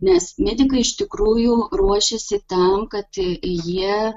nes medikai iš tikrųjų ruošėsi tam kad jie